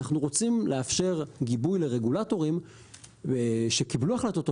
אנחנו רוצים לאפשר גיבוי לרגולטורים שקיבלו החלטות טובות,